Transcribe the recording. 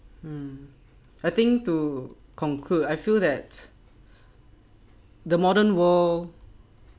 hmm I think to conclude I feel that the modern world